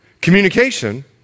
Communication